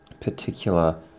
particular